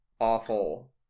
awful